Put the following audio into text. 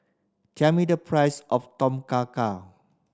tell me the price of Tom Kha Gai